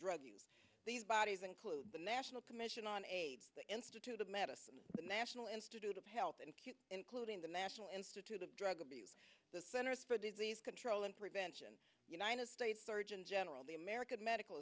use these bodies include the national commission on aids the institute of medicine the national institute of health and including the national institute of drug abuse the centers for disease control and prevention united states surgeon general the american medical